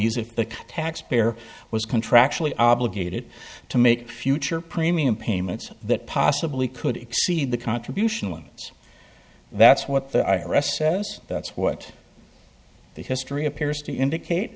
these if the taxpayer was contractually obligated to meet future premium payments that possibly could exceed the contributions that's what the i r s says that's what the history appears to indicate